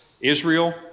Israel